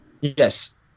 Yes